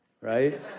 Right